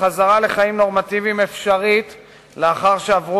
החזרה לחיים נורמטיביים אפשרית לאחר שעברו